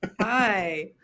Hi